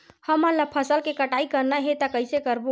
हमन ला फसल के कटाई करना हे त कइसे करबो?